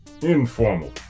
informal